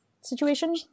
situation